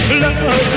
Love